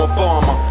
Obama